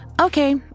Okay